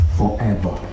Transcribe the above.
forever